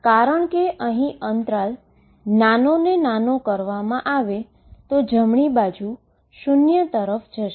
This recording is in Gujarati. કારણ કે અહી ઈન્ટરવલ નાનો ને નાનો જ કરવામાં આવે તો જમણી બાજુ શુન્ય તરફ જશે